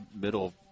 middle